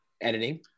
editing